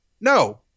No